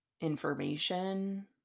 information